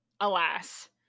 Alas